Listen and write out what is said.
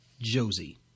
Josie